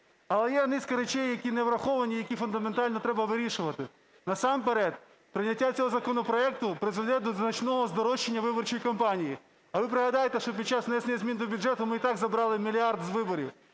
Але є низка речей, які не враховані і які фундаментально треба вирішувати. Насамперед прийняття цього законопроекту призведе до значного здорожчання виборчої кампанії. А ви пригадайте, що під час внесення змін до бюджету ми і так забрали мільярд з виборів.